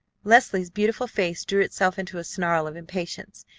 leslie's beautiful face drew itself into a snarl of impatience,